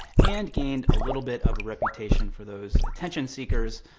and gained a little bit of a reputation for those attention seekers,